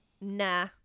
nah